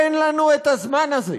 אין לנו את הזמן הזה,